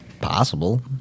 possible